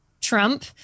trump